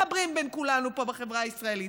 מחברים בין כולנו פה בחברה הישראלית.